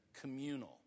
communal